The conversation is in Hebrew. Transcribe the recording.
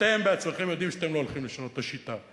אתם בעצמכם יודעים שאתם לא הולכים לשנות את השיטה.